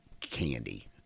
candy